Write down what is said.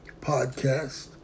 podcast